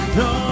no